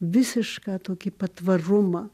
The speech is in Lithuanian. visišką tokį patvarumą